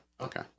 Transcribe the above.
Okay